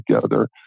together